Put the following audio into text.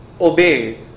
obey